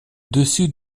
dessus